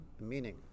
meaning